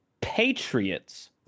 patriots